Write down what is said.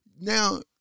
now